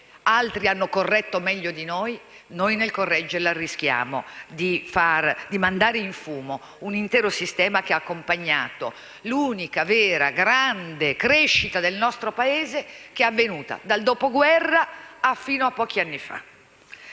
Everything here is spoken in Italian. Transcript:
altri l'hanno corretta meglio di noi - rischiamo di mandare in fumo un intero sistema che ha accompagnato l'unica vera grande crescita del nostro Paese che è avvenuta dal dopoguerra fino a pochi anni fa.